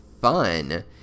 fun